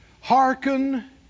Hearken